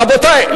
רבותי,